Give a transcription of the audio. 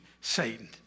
Satan